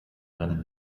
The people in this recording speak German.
brennen